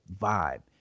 vibe